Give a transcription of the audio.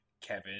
Kevin